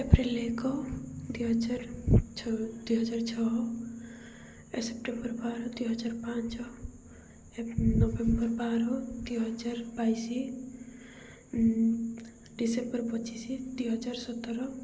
April ଏକ ଦୁଇହଜାର ଛ ଦୁଇହଜାର ଛଅ ସେପ୍ଟେମ୍ବର ବାର ଦୁଇହଜାର ପାଞ୍ଚ ନଭେମ୍ବର ବାର ଦୁଇହଜାର ବାଇଶି ଡିସେମ୍ବର ପଚିଶି ଦୁଇହଜାର ସତର